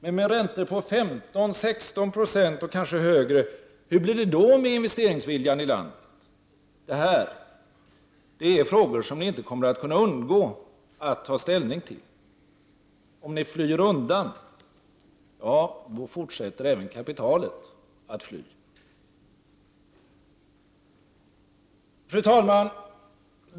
Men med räntor på 15-16 20 och kanske högre, hur blir det då med investeringsviljan i landet? Det här är frågor som ni inte kommer att kunna undgå att ta ställning till. Om ni flyr undan, ja då fortsätter även kapitalet att fly. Fru talman!